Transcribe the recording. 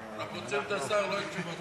אנחנו רוצים את השר, לא את תשובת